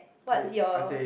what's your